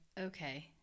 okay